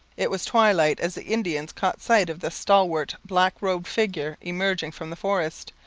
it was twilight as the indians caught sight of the stalwart, black-robed figure emerging from the forest,